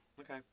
Okay